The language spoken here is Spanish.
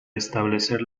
establecer